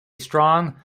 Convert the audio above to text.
strong